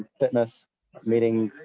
fitness meeting,